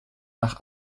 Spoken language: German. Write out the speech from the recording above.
nach